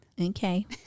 Okay